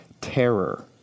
terror